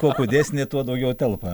kuo didesnė tuo daugiau telpa